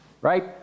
right